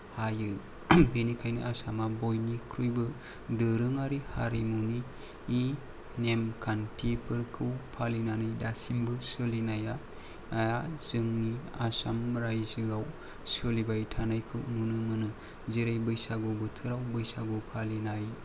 हायो बेनिखायनो आसामा बयनिख्रुइबो दोरोंआरि हारिमुनि नेम खान्थिफोरखौ फालिनानै दासिमबो सोलिनाया जोंनि आसाम राइजोआव सोलिबाय थानायखौ नुनो मोनो जेरै बैसागु बोथोराव बैसागु फालिनाय